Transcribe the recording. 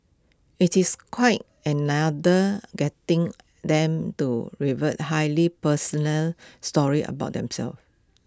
IT is quite another getting them to reveal highly personal stories about themselves